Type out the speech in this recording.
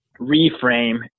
reframe